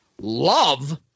Love